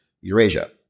Eurasia